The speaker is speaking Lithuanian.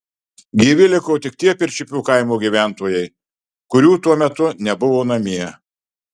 gyvi liko tik tie pirčiupių kaimo gyventojai kurių tuo metu nebuvo namie